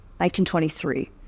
1923